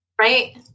right